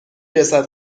رسد